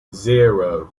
zero